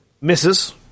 Misses